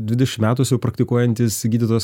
dvidešimt metų esu jau praktikuojantis gydytojas